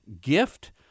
gift